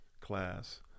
class